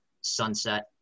sunset